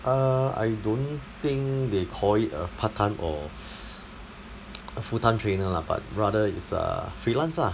err I don't think they call it a part time or a full time trainer lah but rather it's a freelance lah